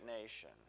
nation